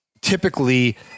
typically